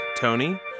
Tony